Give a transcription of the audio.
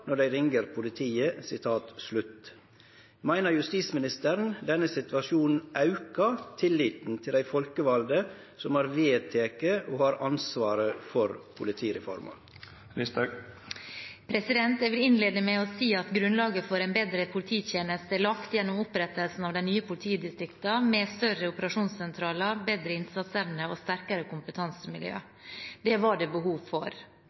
når dei ringer politiet». Meiner statsråden denne situasjonen aukar tilliten til dei folkevalde som har vedteke og har ansvaret for politireforma?» Jeg vil innlede med å si at grunnlaget for en bedre polititjeneste er lagt gjennom opprettelsen av de nye politidistriktene, med større operasjonssentraler, bedre innsatsevne og sterkere kompetansemiljø. Det var det behov for.